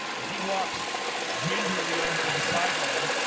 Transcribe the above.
as he walks gingerly over to the sidelines